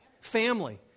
Family